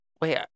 Wait